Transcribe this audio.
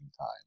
time